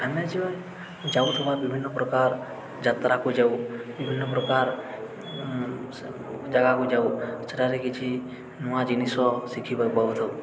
ଆମେ ଯେ ଯାଉଥିବା ବିଭିନ୍ନ ପ୍ରକାର ଯାତ୍ରାକୁ ଯାଉ ବିଭିନ୍ନ ପ୍ରକାର ଜାଗାକୁ ଯାଉ ସେଠାରେ କିଛି ନୂଆ ଜିନିଷ ଶିଖିବାକୁ ପାଉଥାଉ